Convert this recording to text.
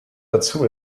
dazu